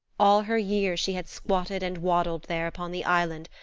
all her years she had squatted and waddled there upon the island,